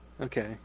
okay